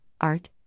Art